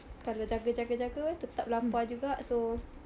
kalau jaga jaga jaga tetap lapar juga so